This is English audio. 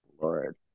Lord